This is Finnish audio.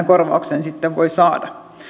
korvauksen voi saada